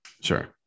Sure